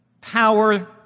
power